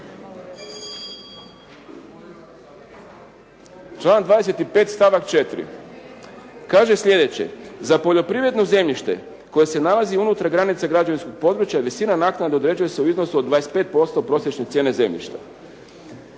Članak 25. stavak 4. kaže sljedeće: za poljoprivredno zemljište koje se nalazi unutar granica građevinskog područja visina naknade određuje se u iznosu od 25% prosječne cijene zemljišta.